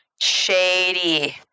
shady